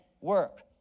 work